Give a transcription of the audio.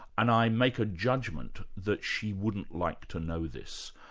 and i make a judgment that she wouldn't like to know this.